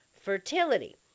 fertility